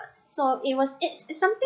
so it was it's something